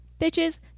bitches